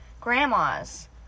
grandmas